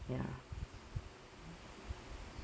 ya